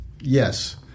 yes